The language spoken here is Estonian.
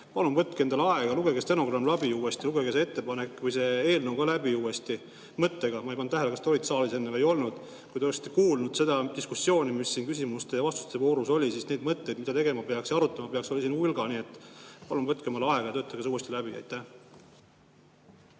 Palun võtke endale aega, lugege stenogramm uuesti läbi, lugege see eelnõu ka uuesti läbi, mõttega! Ma ei pannud tähele, kas te olite saalis enne või ei olnud. Kui te oleksite kuulanud seda diskussiooni, mis siin küsimuste ja vastuste voorus oli, siis neid mõtteid, mida tegema peaks ja arutama peaks, oli siin hulga. Nii et palun võtke aega ja töötage see uuesti läbi.